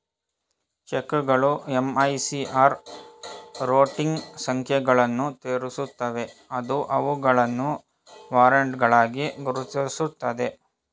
ಚೆಕ್ಗಳು MICR routing ಸಂಖ್ಯೆಗಳನ್ನು ತೋರಿಸುತ್ತವೆ ಅದು ಅವುಗಳನ್ನು ವಾರೆಂಟ್ಗಳಾಗಿ ಗುರುತಿಸುತ್ತದೆ